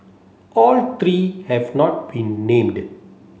all three have not been named